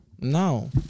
No